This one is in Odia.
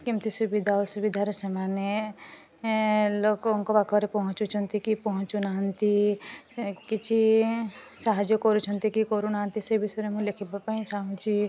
କେମତି ସୁବିଧା ଅସୁବିଧାରେ ସେମାନେ ଲୋକଙ୍କ ପାଖରେ ପହଞ୍ଚୁଛନ୍ତି କି ପହଞ୍ଚୁନାହାନ୍ତି କିଛି ସାହାଯ୍ୟ କରୁଛନ୍ତି କି କରୁନାହାନ୍ତି ସେଇ ବିଷୟରେ ମୁଁ ଲେଖିବା ପାଇଁ ଚାହୁଁଛି